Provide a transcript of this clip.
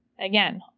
Again